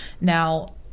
Now